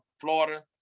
Florida